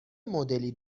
مدلی